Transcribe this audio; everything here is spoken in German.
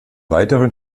weiteren